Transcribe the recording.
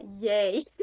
yay